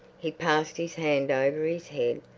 he passed his hand over his head.